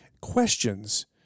questions